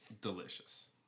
delicious